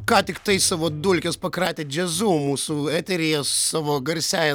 ką tiktai savo dulkes pakratė džiazu mūsų eteryje su savo garsiąja